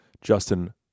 Justin